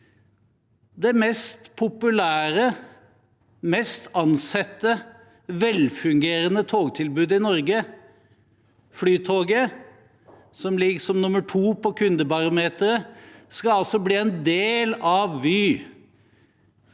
Det mest populære, mest ansette og velfungerende togtilbudet i Norge, Flytoget, som ligger som nummer to på kundebarometeret, skal altså bli en del av Vy.